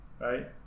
right